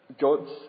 God's